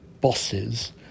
bosses